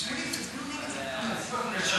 ההצעה להעביר את הצעת חוק הדגל,